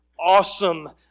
awesome